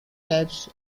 types